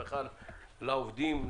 ברכה לעובדים,